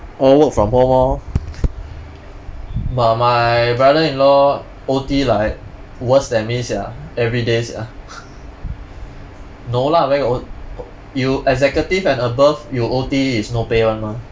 all work from home orh but my brother-in-law O_T like worse than me sia everyday sia no lah where got O O you executive and above you O_T is no pay [one] mah